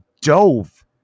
dove